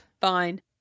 Fine